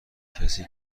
کسی